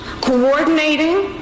coordinating